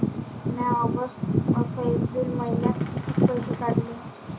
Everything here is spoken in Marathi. म्या ऑगस्ट अस एप्रिल मइन्यात कितीक पैसे काढले?